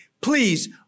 please